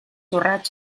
urrats